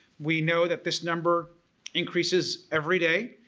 we know that this number increases every day.